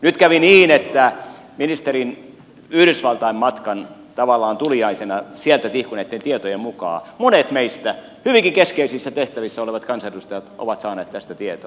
nyt kävi niin että ministerin yhdysvaltain matkan tavallaan tuliaisena sieltä tihkuneitten tietojen mukaan monet meistä hyvinkin keskeisissä tehtävissä olevista kansanedustajista ovat saaneet tästä tietoa